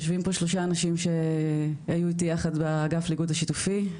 יושבים פה שלושה אנשים שהיו איתי יחד באגף לאיגוד השיתופי,